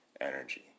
energy